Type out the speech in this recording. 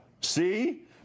See